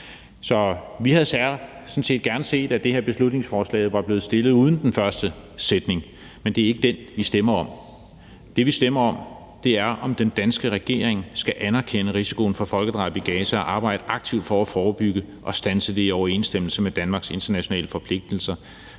Så vi havde sådan set gerne set, at det her beslutningsforslag var blevet fremsat uden den første sætning, men det er ikke den, vi stemmer om. Det, vi stemmer om, er, om den danske regering skal anerkende risikoen for folkedrab i Gaza og arbejde aktivt for at forebygge og standse det i overensstemmelse med Danmarks internationale forpligtelser